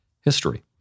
history